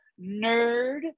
nerd